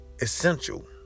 essential